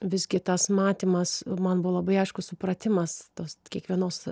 visgi tas matymas man buvo labai aiškus supratimas tos kiekvienos